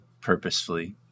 purposefully